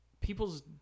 Peoples